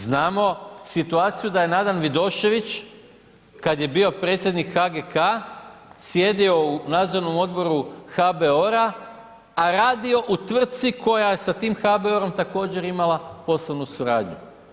Znamo situaciju da je Nadan Vidošević kad je bio predsjednik HGK-a sjedio u nadzornom odboru HBOR-a a radio u tvrtci koja je sa tim HBOR-om također imala poslovnu suradnju?